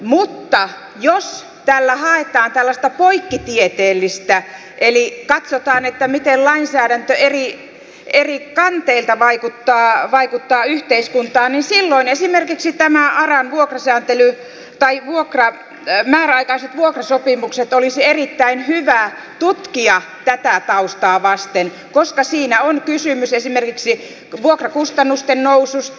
mutta jos tällä haetaan tällaista poikkitieteellistä asiaa eli katsotaan miten lainsäädäntö eri kanteilta vaikuttaa yhteiskuntaan niin silloin esimerkiksi tämä aran vuokrasääntely tai määräaikaiset vuokrasopimukset olisi erittäin hyvä tutkia tätä taustaa vasten koska siinä on kysymys esimerkiksi vuokrakustannusten noususta